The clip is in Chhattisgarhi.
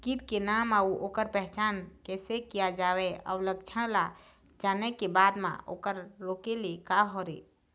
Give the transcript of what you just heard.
कीट के नाम अउ ओकर पहचान कैसे किया जावे अउ लक्षण ला जाने के बाद मा ओकर रोके ले का करें?